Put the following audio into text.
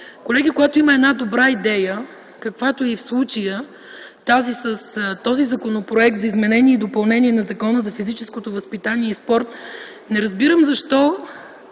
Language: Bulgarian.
Колега, има една добра идея, каквато е в случая с този Законопроект за изменение и допълнение на Закона за физическото възпитание и спорт, и не разбирам защо